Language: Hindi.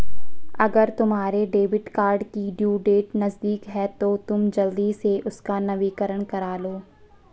अगर तुम्हारे डेबिट कार्ड की ड्यू डेट नज़दीक है तो तुम जल्दी से उसका नवीकरण करालो